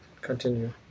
Continue